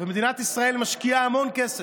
ומדינת ישראל משקיעה המון כסף,